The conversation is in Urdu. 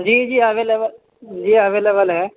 جی جی اویلیبل جی اویلیبل ہے